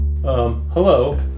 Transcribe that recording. hello